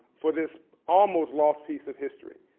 for this almost lost piece of history.